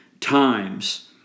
times